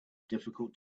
difficult